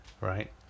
right